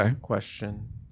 question